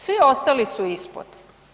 Svi ostali su ispod.